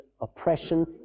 oppression